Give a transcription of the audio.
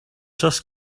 just